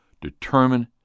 determine